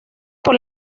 por